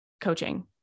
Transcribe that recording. coaching